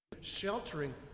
sheltering